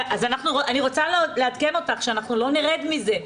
אני רוצה לעדכן אותך שאנחנו לא נרד מזה.